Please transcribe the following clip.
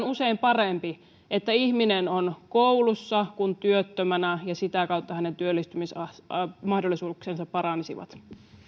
usein parempi että ihminen on koulussa kuin työttömänä ja sitä kautta hänen työllistymismahdollisuutensa paranisivat